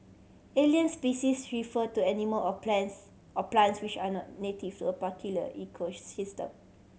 alien species refer to animal or plans or plants which are not native to a particular